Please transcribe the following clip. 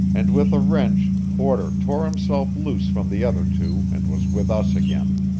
and with a wrench porter tore himself loose from the other two and was with us again.